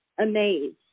amazed